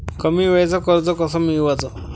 कमी वेळचं कर्ज कस मिळवाचं?